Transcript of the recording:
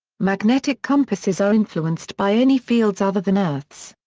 magnetic compasses are influenced by any fields other than earth's.